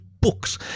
books